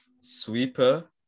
Sweeper